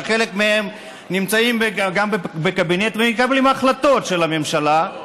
שחלק מהם נמצאים גם בקבינט ומקבלים החלטות של הממשלה,